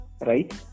right